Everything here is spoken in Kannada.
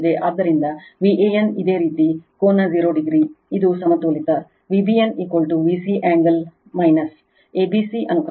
ಆದ್ದರಿಂದ Van ಇದೇ ರೀತಿ ಕೋನ 0 o ಇದು ಸಮತೋಲಿತ Vbn Vcangle a b c ಅನುಕ್ರಮ